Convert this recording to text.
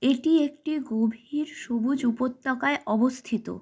এটি একটি গভীর সবুজ উপত্যকায় অবস্থিত